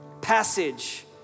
passage